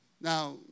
Now